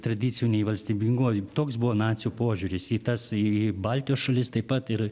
tradicijų nei valstybingumo toks buvo nacių požiūris į tas į baltijos šalis taip pat ir